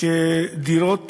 שדירות